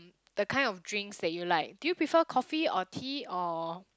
the kind of drinks that you like do you prefer coffee or tea or